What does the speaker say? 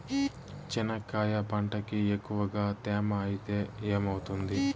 చెనక్కాయ పంటకి ఎక్కువగా తేమ ఐతే ఏమవుతుంది?